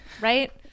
Right